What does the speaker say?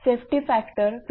safety factor 2